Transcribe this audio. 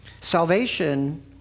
Salvation